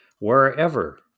Wherever